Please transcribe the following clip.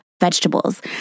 vegetables